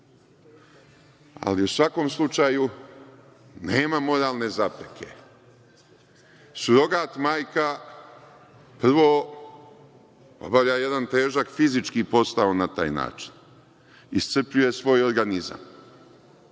Ali, u svakom slučaju, nema moralne zapreke. Surogat majka obavlja jedan težak fizički posao na taj način, iscrpljuje svoj organizam,